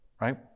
Right